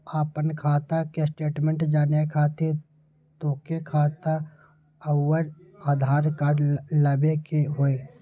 आपन खाता के स्टेटमेंट जाने खातिर तोहके खाता अऊर आधार कार्ड लबे के होइ?